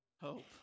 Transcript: Hope